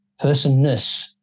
personness